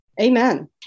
Amen